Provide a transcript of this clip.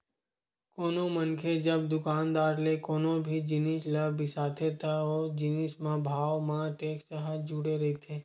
कोनो मनखे जब दुकानदार ले कोनो भी जिनिस ल बिसाथे त ओ जिनिस म भाव म टेक्स ह जुड़े रहिथे